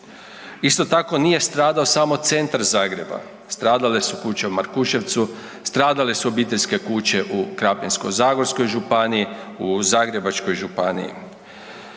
Isto tako nije stradao samo centar Zagreba, stradale su kuće u Markuševcu, stradale su obiteljske kuće u Krapinsko-zagorskoj županiji, u Zagrebačkoj županiji.